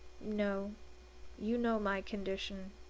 no you know my condition.